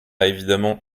évidemment